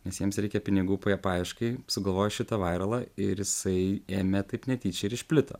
nes jiems reikia pinigų paieškai sugalvojo šitą vairalą ir jisai ėmė taip netyčia ir išplito